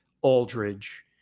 Aldridge